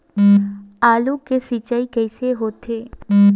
आलू के सिंचाई कइसे होथे?